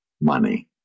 money